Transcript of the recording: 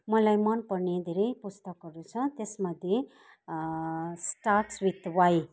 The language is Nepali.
मलाई मनपर्ने धेरै पुस्तकहरू छ त्यसमध्ये स्टार्ट्स वित वाइ